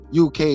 UK